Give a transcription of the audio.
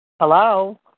Hello